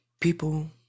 people